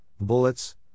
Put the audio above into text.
bullets